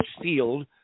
field